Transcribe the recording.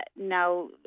Now